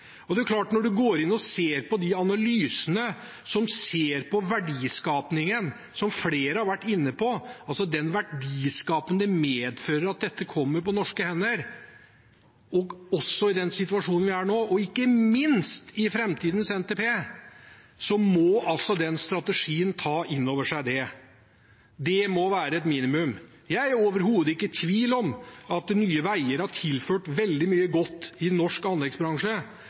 og når man går inn og ser på analysene av verdiskapingen, som flere har vært inne på, altså den verdiskapingen det medfører at dette kommer på norske hender – og også i den situasjonen vi er i nå, og ikke minst i framtidens NTP – må den strategien ta inn over seg det. Det må være et minimum. Jeg er overhodet ikke i tvil om at Nye Veier har tilført veldig mye godt i norsk anleggsbransje.